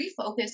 refocus